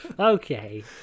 Okay